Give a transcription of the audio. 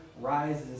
rises